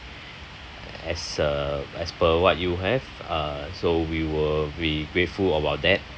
as a as per what you have uh so we were we grateful about that